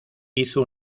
hizo